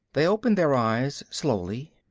they opened their eyes slowly.